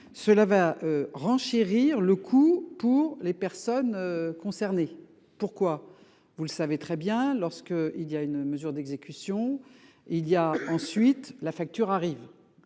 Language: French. Cela va renchérir le coût pour les personnes concernées. Pourquoi vous le savez très bien lorsque il y a une mesure d'exécution. Il y a ensuite la facture arrive.